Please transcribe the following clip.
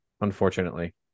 unfortunately